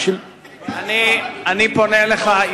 אני פונה אליך,